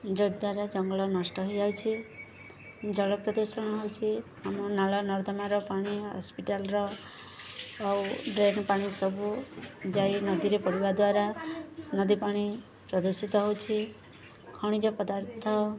ଯଦ୍ୱାରା ଜଙ୍ଗଲ ନଷ୍ଟ ହୋଇଯାଉଛି ଜଳ ପ୍ରଦୂଷଣ ହେଉଛି ଆମ ନାଳ ନର୍ଦ୍ଦମାର ପାଣି ହସ୍ପିଟାଲର ଆଉ ଡ୍ରେନ ପାଣି ସବୁ ଯାଇ ନଦୀରେ ପଡ଼ିବା ଦ୍ୱାରା ନଦୀ ପାଣି ପ୍ରଦୂଷିତ ହେଉଛି ଖଣିଜ ପଦାର୍ଥ